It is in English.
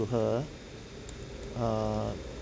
her err